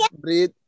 breathe